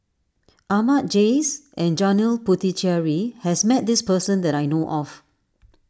Ahmad Jais and Janil Puthucheary has met this person that I know of